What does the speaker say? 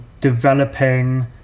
developing